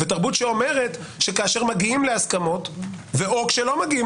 ותרבות שאומרת שכאשר מגיעים להסכמות או כשלא מגיעים